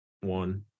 one